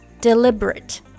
deliberate